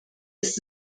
ist